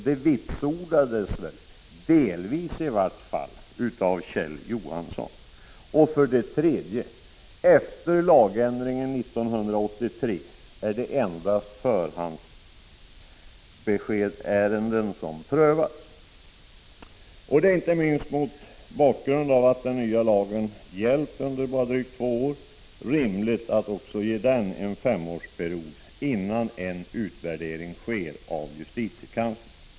Det vitsordades — delvis i vart fall — av Kjell Johansson. 3. Efter lagändringen 1983 är det endast förhandsbeskedsärenden som prövats. Det är — inte minst mot bakgrund av att den nya lagen endast gällt under drygt två år — rimligt att ge också den en femårsperiod innan justitiekanslern gör en utvärdering.